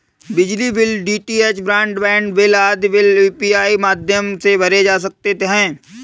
बिजली bill, DTH broadband bill आदि bill UPI माध्यम से भरे जा सकते हैं